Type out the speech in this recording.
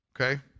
Okay